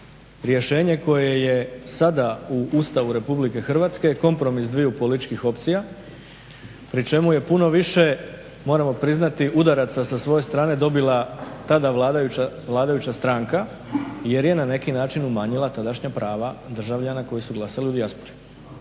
Rješenje koje je sada u Ustavu Republike Hrvatske je kompromis dviju političkih opcija, pri čemu je puno više moramo priznati udaraca sa svoje strane dobila tada vladajuća stranka jer je na neki način umanjila tadašnja prava državljana koji su glasali u dijaspori.